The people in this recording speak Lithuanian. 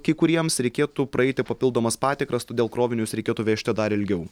kai kuriems reikėtų praeiti papildomas patikras todėl krovinius reikėtų vežti dar ilgiau